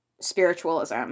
spiritualism